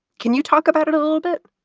can you talk about it a little bit?